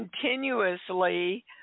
continuously